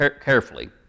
carefully